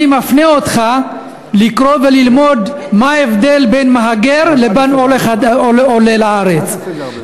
אני מפנה אותך לקרוא וללמוד מה ההבדל בין מהגר לבין עולה לארץ.